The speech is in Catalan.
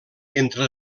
entre